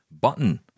button